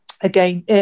again